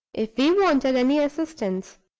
if we wanted any assistance.